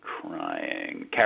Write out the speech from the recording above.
Crying